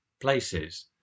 places